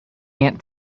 aunt